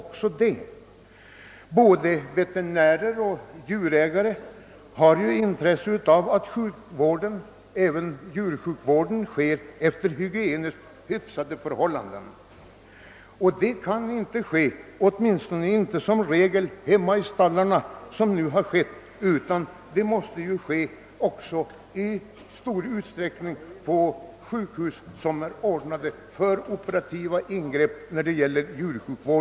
Såväl veterinärer som djurägare har intresse av att djursjukvården ombesörjes under hygieniskt acceptabla förhållanden. Detta kan inte ske, åtminstone inte som regel, hemma i stallarna, så som man gjort tidigare, utan behandlingen måste i stor utsträckning äga rum på djursjukhus som är utrustade för operativa ingrepp.